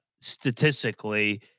Statistically